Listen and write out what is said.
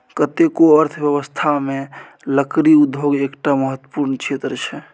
कतेको अर्थव्यवस्थामे लकड़ी उद्योग एकटा महत्वपूर्ण क्षेत्र छै